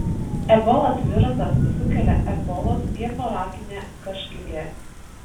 ebolos virusas sukelia ebolos hemoraginę karštligę